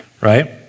right